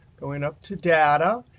going up to data.